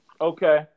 Okay